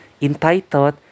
Entitled